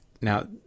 Now